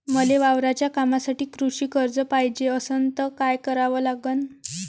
मले वावराच्या कामासाठी कृषी कर्ज पायजे असनं त काय कराव लागन?